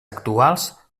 actuals